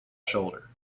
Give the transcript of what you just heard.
shoulder